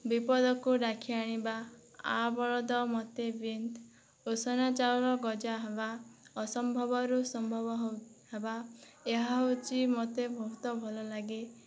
ବିପଦକୁ ଡାକି ଆଣିବା ଆ ବଳଦ ମୋତେ ବିନ୍ଧ ଉଷୁନା ଚାଉଳ ଗଜା ହେବା ଅସମ୍ଭବରୁ ସମ୍ଭବ ହେବା ଏହା ହେଉଛି ମୋତେ ବହୁତ ଭଲ ଲାଗେ